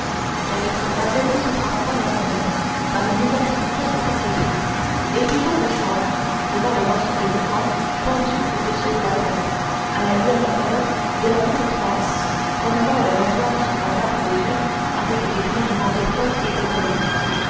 car il se rasait deux ou trois fois par semaine par une inexplicable coquetterie et toujours le soir devant le morceau de miroir pendu au-dessus de la pompe à la lueur falote de la petite lampe promenant le rasoir sur sa barbe dure avec des grognements d'effort et de peine